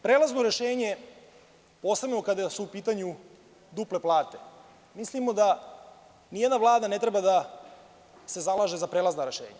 Prelazno rešenje, posebno kada su u pitanju duple plate, mislimo da ni jedna vlada ne treba da se zalaže za prelazna rešenja.